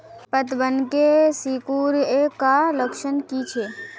पतबन के सिकुड़ ऐ का लक्षण कीछै?